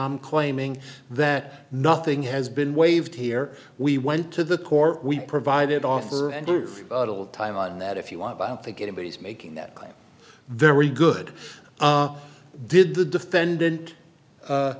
i'm claiming that nothing has been waived here we went to the core we provided officer and a little time on that if you want i don't think anybody's making that very good did the defendant